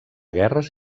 guerres